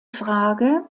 frage